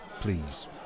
please